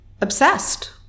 obsessed